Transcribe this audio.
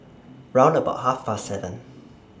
round about Half Past seven